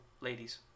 ladies